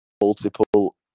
multiple